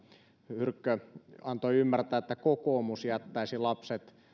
hyrkkö antoi ymmärtää että kokoomus jättäisi lapset